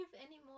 anymore